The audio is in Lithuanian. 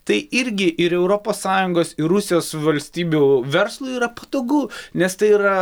tai irgi ir europos sąjungos ir rusijos valstybių verslui yra patogu nes tai yra